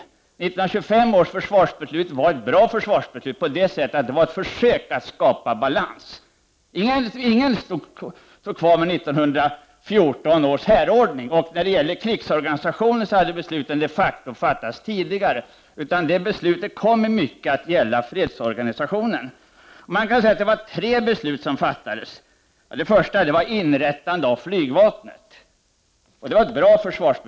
1925 års försvarsbeslut var ett bra försvarsbeslut på det sättet att det var ett försök att skapa balans. Ingen ville ju ha kvar 1914 års härordning, och när det gäller krigsorganisationen hade beslutet de facto fattats tidigare. Beslutet kom därför i mycket att gälla fredsorganisationen. Man kan säga att det var tre beslut som fattades. Det första beslutet gällde inrättandet av flygvapnet. Det var ett bra beslut.